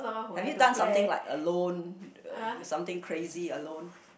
have you done something like alone uh something crazy alone